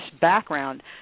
background